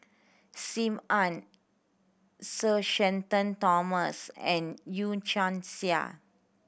Sim Ann Sir Shenton Thomas and Yee Chia Hsing